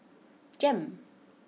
Jem